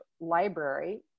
Library